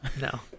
no